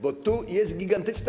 Bo tu jest gigantyczna.